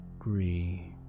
agree